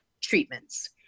treatments